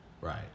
right